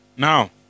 Now